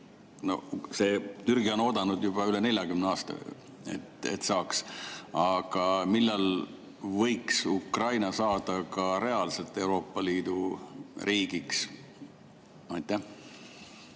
Türgi on oodanud juba üle 40 aasta, et saaks. Millal võiks Ukraina saada reaalselt Euroopa Liidu riigiks? Hea